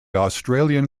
australian